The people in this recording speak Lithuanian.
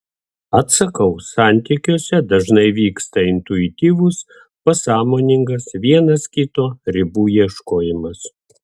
atsakau santykiuose dažnai vyksta intuityvus pasąmoningas vienas kito ribų ieškojimas